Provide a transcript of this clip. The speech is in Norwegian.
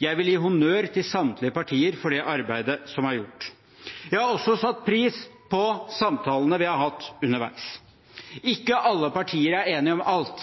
Jeg vil gi honnør til samtlige partier for det arbeidet som er gjort. Jeg har også satt pris på samtalene vi har hatt underveis. Ikke alle partier er enige om alt.